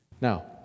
now